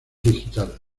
digital